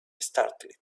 startled